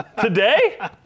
today